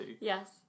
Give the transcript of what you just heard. Yes